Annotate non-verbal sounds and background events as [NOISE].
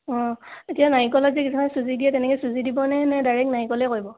অঁ এতিয়া নাৰিকলৰ [UNINTELLIGIBLE] চুজি দিয়ে তেনেকৈ চুজি দিবনে নে ডাইৰেক্ট নাৰিকলেই কৰিব